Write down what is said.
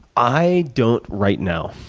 i don't right now.